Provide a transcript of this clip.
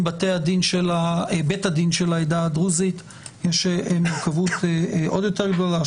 עם בית הדין של העדה הדרוזית יש מורכבות עוד יותר גדולה,